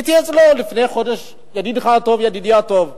הייתי אצלו לפני חודש, ידידך הטוב, ידידי הטוב.